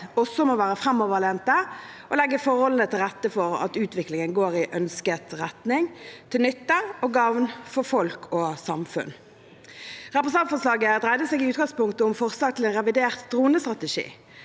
også må være framoverlente og legge forholdene til rette for at utviklingen går i ønsket retning til nytte og gagn for folk og samfunn. Representantforslaget dreide seg i utgangspunktet om forslag til revidert dronestrategi.